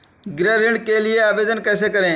गृह ऋण के लिए आवेदन कैसे करें?